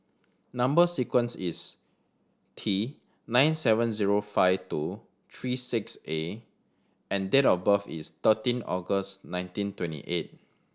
number sequence is T nine seven zero five two three six A and date of birth is thirteen August nineteen twenty eight